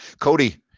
Cody